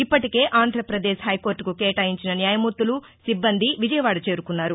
ఇప్పటికే ఆంధ్రప్రదేశ్ హైకోర్టుకు కేటాయించిన న్యాయమూర్తులు సిబ్బంది విజయవాడ చేరుకున్నారు